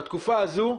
בתקופה הזאת,